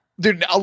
Dude